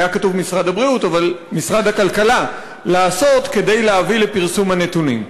היה כתוב "משרד הבריאות" משרד הכלכלה לעשות כדי להביא לפרסום הנתונים?